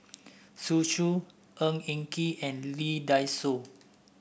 Zhu Xu Ng Eng Kee and Lee Dai Soh